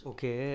Okay